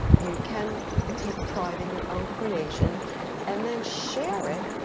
you can take pride in your own creation and then share it,